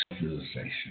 civilization